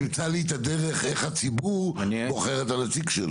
תמצא לי את הדרך איך הציבור בוחר את הנציג שלו.